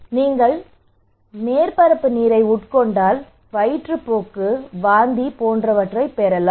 நீங்கள் மேற்பரப்பு நீரை உட்கொண்டால் வயிற்றுப்போக்கு வயிற்றுப்போக்கு போன்றவற்றைப் பெறலாம்